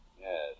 Yes